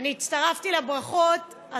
הצטרפתי לברכות.